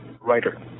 writer